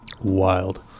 Wild